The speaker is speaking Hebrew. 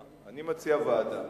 ועדה.